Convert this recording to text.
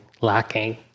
lacking